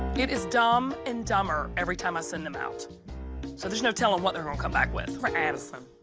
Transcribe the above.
it is dumb and dumber every time i send them out. so there's no telling what they're gonna ah come back with for and son.